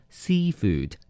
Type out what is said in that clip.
seafood